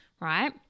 right